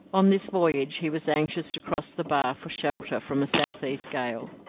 on this voyage he was anxious to cross the bar for shelter from a south-east gale,